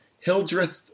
Hildreth